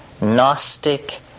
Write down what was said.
Gnostic